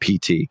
PT